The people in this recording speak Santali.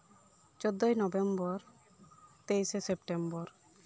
ᱪᱳᱫᱫᱚᱭ ᱱᱚᱵᱷᱮᱢᱵᱚᱨ ᱛᱮᱭᱤᱥᱮ ᱥᱮᱯᱴᱮᱢᱵᱟᱨ